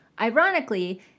Ironically